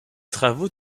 travaux